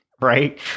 Right